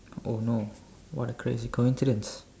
oh no what a crazy coincidence